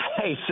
Hey